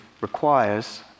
requires